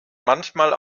manchmal